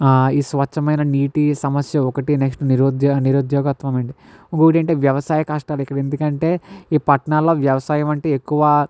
ఈ స్వచ్ఛమైన నీటి సమస్య ఒకటి నెక్స్ట్ నిరుద్యోగ నిరుద్యోగత్వం అండి ఇంకొకటి ఏంటంటే వ్యవసాయ కష్టాలు ఇక్కడ ఎందుకంటే ఈ పట్నాల్లో వ్యవసాయం అంటే ఎక్కువ